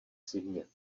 zimě